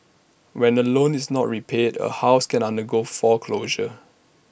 when A loan is not repaid A house can undergo foreclosure